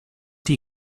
die